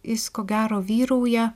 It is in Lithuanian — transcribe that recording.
jis ko gero vyrauja